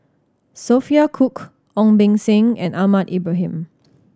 Sophia Cooke Ong Beng Seng and Ahmad Ibrahim